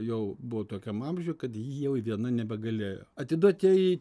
jau buvo tokiam amžiuj kad jau viena nebegalėjo atiduot ją į